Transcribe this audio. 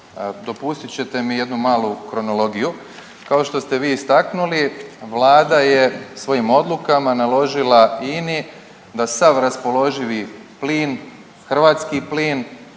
Dopustit ćete mi jednu malu kronologiju kao što ste vi istaknuli vlada je svojim odlukama naložila Ini da sav raspoloživi plin, hrvatski plin